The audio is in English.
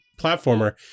platformer